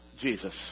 Jesus